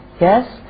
yes